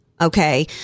Okay